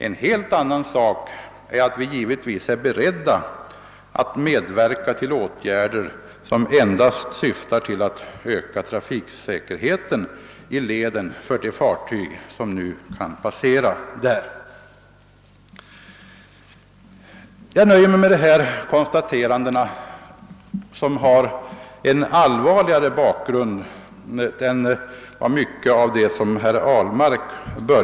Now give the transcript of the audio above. En helt annan sak är att vi givetvis är beredda att medverka till åtgärder som endast syftar till att öka trafiksäkerheten i leden för de fartyg som nu kan passera där.